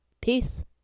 Peace